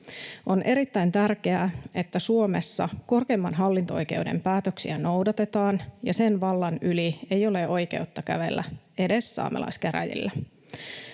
On erittäin tärkeää, että Suomessa korkeimman hallinto-oikeuden päätöksiä noudatetaan ja sen vallan yli ei ole oikeutta kävellä edes saamelaiskäräjillä.